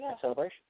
celebration